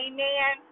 Amen